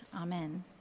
amen